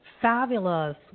Fabulous